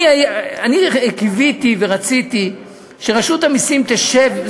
קיוויתי ורציתי שרשות המסים תשב,